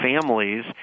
families